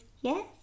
yes